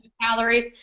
calories